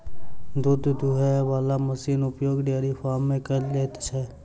दूध दूहय बला मशीनक उपयोग डेयरी फार्म मे कयल जाइत छै